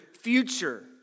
future